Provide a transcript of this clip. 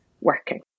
working